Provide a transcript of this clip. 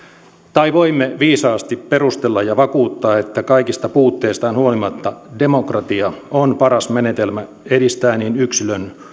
tai voimme viisaasti perustella ja vakuuttaa että kaikista puutteistaan huolimatta demokratia on paras menetelmä edistää niin yksilön